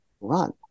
run